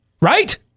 Right